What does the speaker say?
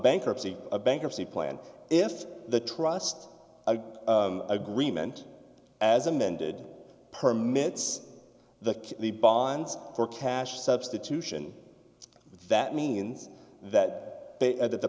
bankruptcy a bankruptcy plan if the trust agreement as amended permits the the bonds for cash substitution that means that they at the